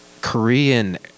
Korean